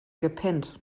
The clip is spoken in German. gepennt